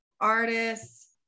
artists